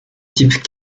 type